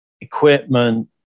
equipment